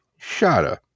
Shada